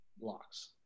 blocks